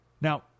now